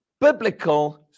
biblical